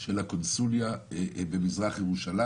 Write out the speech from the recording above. של הקונסוליה במזרח ירושלים,